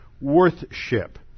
worth-ship